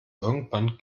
irgendwann